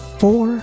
four